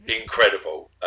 incredible